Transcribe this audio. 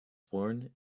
worn